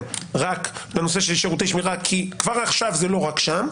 רק בנושא של שירותי שמירה כי כבר עכשיו זה לא רק שם.